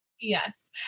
yes